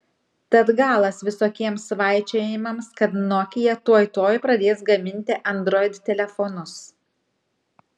tad galas visokiems svaičiojimams kad nokia tuoj tuoj pradės gaminti android telefonus